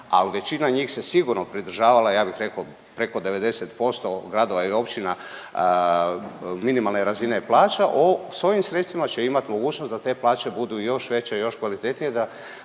ali većina njih se sigurno pridržavala ja bih rekao preko 90% gradova i općina minimalne razine plaća. O svojim sredstvima će imati mogućnost da te plaće budu još veće, još kvalitetnije